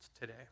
today